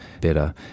better